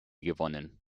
gewonnen